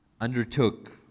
undertook